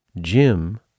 Jim